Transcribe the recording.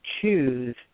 choose